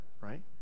right